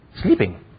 Sleeping